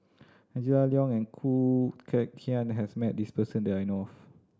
Angela Liong and Khoo Kay Hian has met this person that I know of